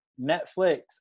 Netflix